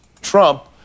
Trump